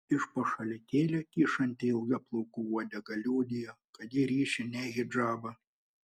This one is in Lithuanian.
iš po šalikėlio kyšanti ilga plaukų uodega liudijo kad ji ryši ne hidžabą